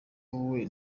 wowe